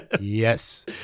Yes